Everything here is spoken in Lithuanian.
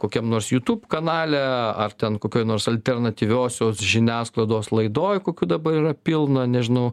kokiam nors jutub kanale ar ten kokioj nors alternatyviosios žiniasklaidos laidoj kokių dabar yra pilna nežinau